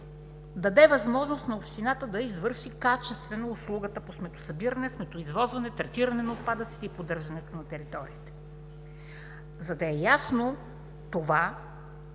даде възможност на общината да извърши качествено услугата по сметосъбиране, сметоизвозване, третиране на отпадъците и поддържането на териториите. За да е ясно това,